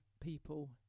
people